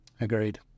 Agreed